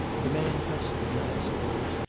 the man touched the glass doors,